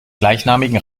gleichnamigen